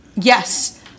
Yes